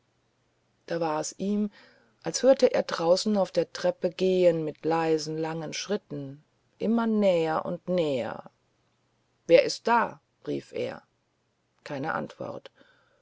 da war's ihm als hört er draußen auf der treppe gehn mit leisen langen schritten immer näher und näher wer ist da rief er keine antwort